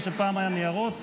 מה שפעם היה ניירות.